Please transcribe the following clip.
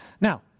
Now